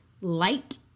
light